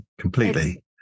Completely